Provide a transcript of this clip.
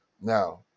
now